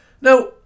Now